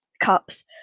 Cups